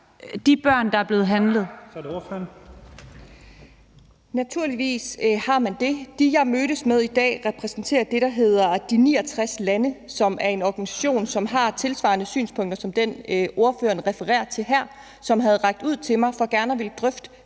det ordføreren. Kl. 22:04 Mette Abildgaard (KF): Naturligvis har man det. Dem, jeg mødtes med i dag, repræsenterer det, der hedder De 69 lande, som er en organisation, som har tilsvarende synspunkter som dem, ordføreren refererer til her, og som havde rakt ud til mig, fordi de gerne ville drøfte